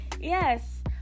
yes